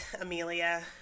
Amelia